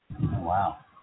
Wow